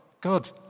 God